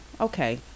Okay